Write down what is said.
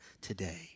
today